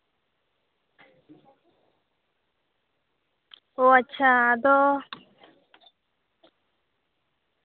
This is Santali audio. ᱳ ᱟᱪᱪᱷᱟ ᱟᱫᱚ